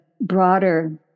broader